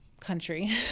country